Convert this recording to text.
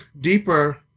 deeper